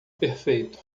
perfeito